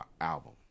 album